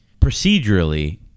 procedurally